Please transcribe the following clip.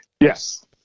Yes